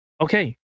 Okay